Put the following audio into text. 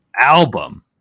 album